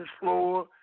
floor